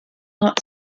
art